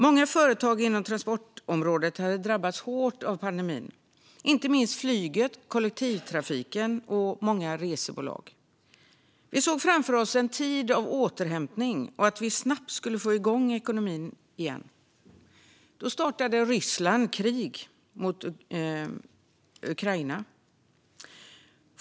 Många företag inom transportområdet hade drabbats hårt av pandemin, inte minst flyget, kollektivtrafiken och många resebolag. Vi såg framför oss en tid av återhämtning och att vi snabbt skulle få igång ekonomin igen. Då startade Ryssland krig mot Ukraina.